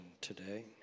today